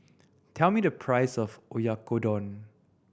tell me the price of Oyakodon